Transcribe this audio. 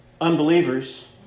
unbelievers